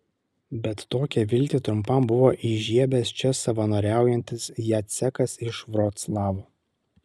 bet tokią viltį trumpam buvo įžiebęs čia savanoriaujantis jacekas iš vroclavo